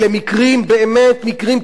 אלה מקרים, באמת מקרים קיצוניים.